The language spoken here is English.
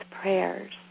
prayers